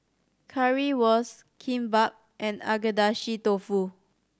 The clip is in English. Currywurst Kimbap and Agedashi Dofu